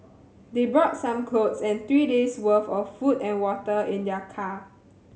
they brought some clothes and three days' work of food and water in their car